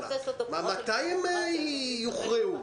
מתי הן יוכרעו?